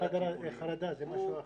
זה לנוהל חרדה, זה משהו אחר.